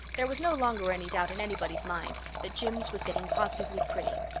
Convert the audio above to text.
there was no longer any doubt in anybody's mind that jims was getting positively pretty.